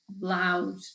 loud